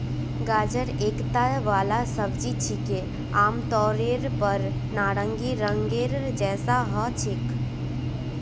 गाजर एकता जड़ वाला सब्जी छिके, आमतौरेर पर नारंगी रंगेर जैसा ह छेक